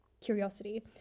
curiosity